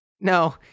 No